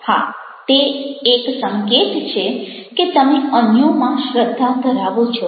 હા તે એક સંકેત છે કે તમે અન્યોમાં શ્રધ્ધા ધરાવો છો